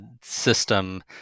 system